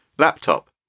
Laptop